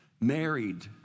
Married